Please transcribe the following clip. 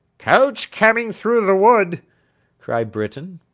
coach coming through the wood cried britain.